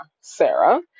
Sarah